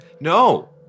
No